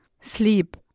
sleep